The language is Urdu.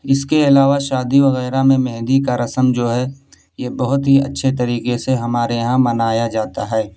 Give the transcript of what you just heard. اس کے علاوہ شادی وغیرہ میں مہندی کا رسم جو ہے یہ بہت ہی اچّھے طریقے سے ہمارے یہاں منایا جاتا ہے